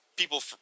People